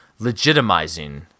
legitimizing